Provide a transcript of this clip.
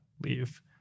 leave